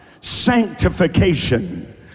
sanctification